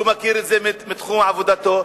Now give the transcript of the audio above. שמכיר את זה מתחום עבודתו,